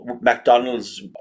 McDonald's